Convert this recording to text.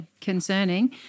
concerning